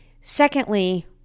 Secondly